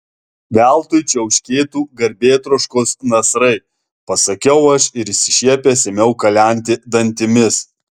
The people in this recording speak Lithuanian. veltui čiauškėtų garbėtroškos nasrai pasakiau aš ir išsišiepęs ėmiau kalenti dantimis